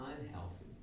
unhealthy